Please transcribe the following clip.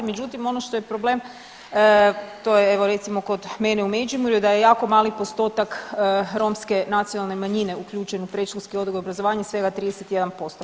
Međutim, ono što je problem to je evo recimo kod mene u Međimurju da je jako mali postotak romske nacionalne manjine uključen u predškolski odgoj i obrazovanje svega 31%